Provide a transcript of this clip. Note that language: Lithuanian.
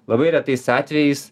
labai retais atvejais